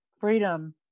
freedom